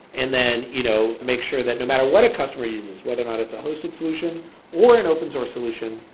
and then you know make sure that no matter what a customer uses, whether or not it's a hosted solution or an open source solution,